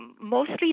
mostly